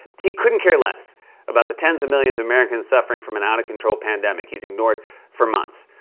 he couldn't care less about the tens of millions of americans suffering from an out-of-control pandemic he's ignored for months.